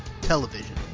television